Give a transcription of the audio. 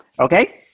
Okay